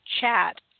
chat